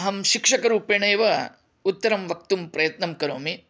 अहं शिक्षकरूपेणैव उत्तरं वक्तुं प्रयत्नं करोमि